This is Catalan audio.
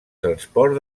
transport